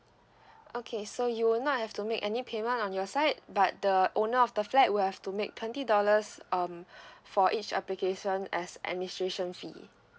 okay so you would not have to make any payment on your side but the owner of the flat will have to make twenty dollars um for each application as administration fee